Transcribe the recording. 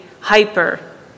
hyper